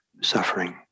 suffering